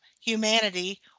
humanity